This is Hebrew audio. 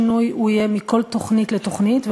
השינוי יהיה מכל תוכנית לתוכנית,